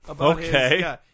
Okay